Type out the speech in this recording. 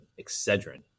Excedrin